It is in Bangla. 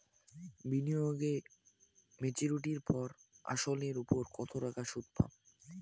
বিনিয়োগ এ মেচুরিটির পর আসল এর উপর কতো টাকা সুদ পাম?